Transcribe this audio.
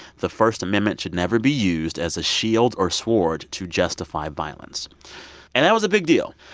the first amendment should never be used as a shield or sword to justify violence and that was a big deal.